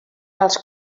els